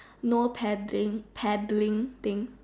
no padding paddling thing